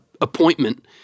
appointment